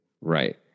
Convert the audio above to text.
Right